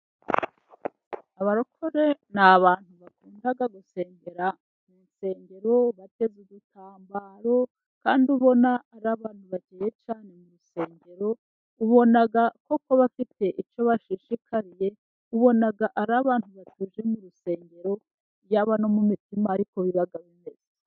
Abarokore ni abantu bakunda gusengera mu rusengero bateze udutambaro. Kandi ubona ari abantu bakeye cyane mu rusengero. Ubona koko bafite icyo bashishikariye, ubonaga ari abantu batuje mu rusengero. Iyaba no mu mitima ariko biba bimeze.